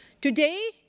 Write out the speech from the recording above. Today